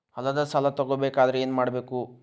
ಹೊಲದ ಸಾಲ ತಗೋಬೇಕಾದ್ರೆ ಏನ್ಮಾಡಬೇಕು?